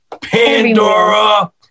Pandora